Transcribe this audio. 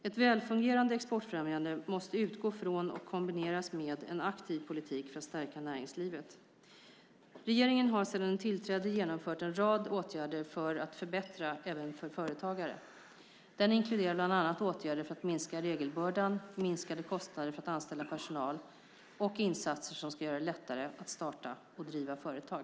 Ett välfungerande exportfrämjande måste utgå från och kombineras med en aktiv politik för att stärka näringslivet. Regeringen har sedan den tillträdde genomfört en rad åtgärder för att förbättra även för företagare. Det inkluderar bland annat åtgärder för att minska regelbördan, minskade kostnader för att anställa personal och insatser som ska göra det lättare att starta och driva företag.